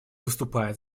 выступает